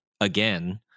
again